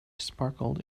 sparkled